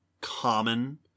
common